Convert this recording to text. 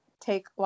take